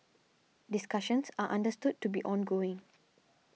discussions are understood to be ongoing